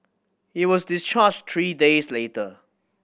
he was discharged three days later